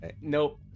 Nope